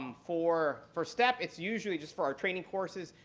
um for for stepp it's usually just for our training courses.